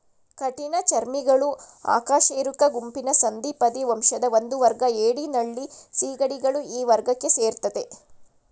ಕಠಿಣಚರ್ಮಿಗಳು ಅಕಶೇರುಕ ಗುಂಪಿನ ಸಂಧಿಪದಿ ವಂಶದ ಒಂದುವರ್ಗ ಏಡಿ ನಳ್ಳಿ ಸೀಗಡಿಗಳು ಈ ವರ್ಗಕ್ಕೆ ಸೇರ್ತದೆ